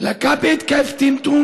לקה בהתקף טמטום